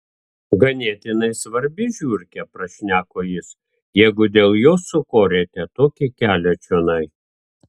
ganėtinai svarbi žiurkė prašneko jis jeigu dėl jos sukorėte tokį kelią čionai